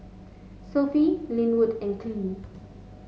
Sophie Linwood and Kylee